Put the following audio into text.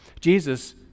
Jesus